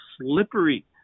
slippery